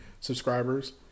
subscribers